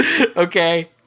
Okay